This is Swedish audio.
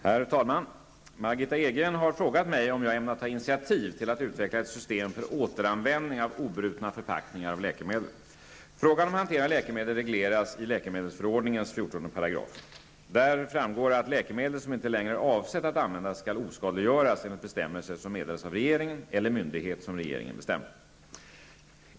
Herr talman! Margitta Edgren har frågat mig om jag ämnar ta initiativ till att utveckla ett system för återanvändning av obrutna förpackningar av läkemedel. läkemedelsförordningen . Av denna paragraf framgår att läkemedel som inte längre är avsett att användas skall oskadliggöras enligt bestämmelser som meddelas av regeringen eller myndighet som regeringen bestämmer.